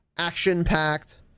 action-packed